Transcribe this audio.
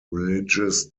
religious